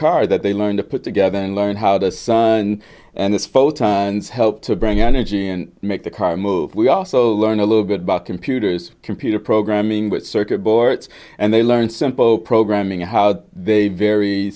car that they learn to put together and learn how to and this photons help to bring energy and make the car move we also learn a little bit about computers computer programming what circuit boards and they learn simple programming and how they vary